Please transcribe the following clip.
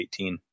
18